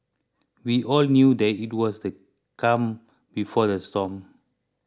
we all knew that it was the calm before the storm